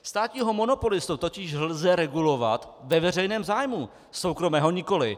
Státního monopolistu totiž lze regulovat ve veřejném zájmu, soukromého nikoliv.